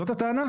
זאת הטענה?